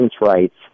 rights